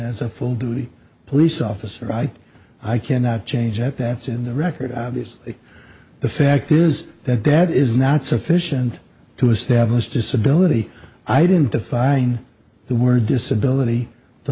as a full duty police officer i i cannot change that that's in the record obviously the fact is that that is not sufficient to establish disability i didn't define the word disability the